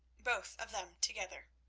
both of them together.